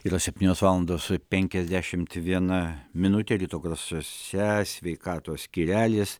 yra septynios valandos penkiasdešimt viena minutė ryto garsuose sveikatos skyrelis